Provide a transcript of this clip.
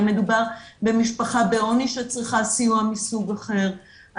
האם מדובר במשפחה בעוני שצריכה סיוע מסוג אחר.